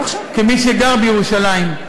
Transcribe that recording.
כמי שגר בירושלים,